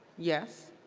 yes?